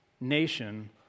nation